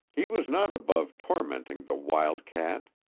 he was not above tormenting the wild-cat.